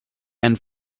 and